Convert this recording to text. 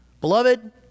Beloved